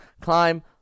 climb